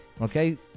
okay